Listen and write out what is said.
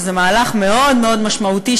שזה מהלך מאוד מאוד משמעותי,